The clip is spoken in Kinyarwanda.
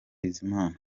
bizimana